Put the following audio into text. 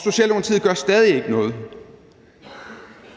Socialdemokratiet gør stadig ikke noget.